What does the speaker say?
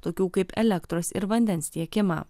tokių kaip elektros ir vandens tiekimą